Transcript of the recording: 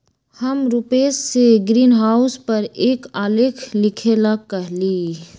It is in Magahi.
हम रूपेश से ग्रीनहाउस पर एक आलेख लिखेला कहली